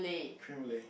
creme brulee